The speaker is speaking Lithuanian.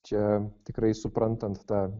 čia tikrai suprantant tą